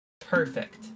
Perfect